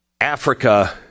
africa